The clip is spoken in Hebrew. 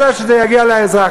אלא שזה יגיע לאזרח.